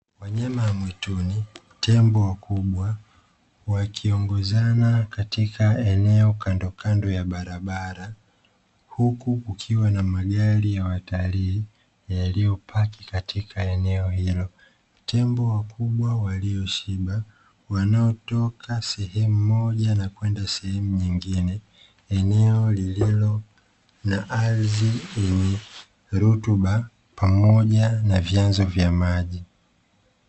Wanyama wa mwituni, tembo wakubwa wakiongozana katika eneo kandokando ya barabara huku kukiwa na magari ya watalii yaliyopaki katika eneo hilo, tembo wakubwa walioshiba wanaotoka sehemu moja na kwenda sehemu nyingine, eneo lililo na ardhi yenye rutuba pamoja na vyanzo vya maji.